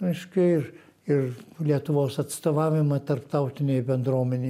reiškia ir ir lietuvos atstovavimą tarptautinei bendruomenei